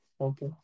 okay